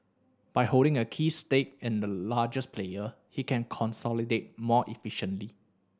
by holding a key stake in the largest player he can consolidate more efficiently